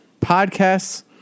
Podcasts